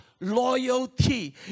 loyalty